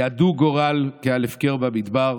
ידו גורל כעל הפקר במדבר.